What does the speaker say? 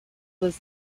was